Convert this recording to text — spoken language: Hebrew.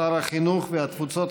שר החינוך והתפוצות,